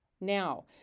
now